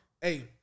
hey